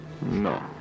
no